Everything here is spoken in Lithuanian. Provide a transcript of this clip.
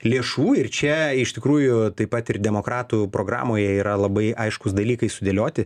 lėšų ir čia iš tikrųjų taip pat ir demokratų programoje yra labai aiškūs dalykai sudėlioti